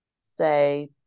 say